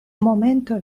momento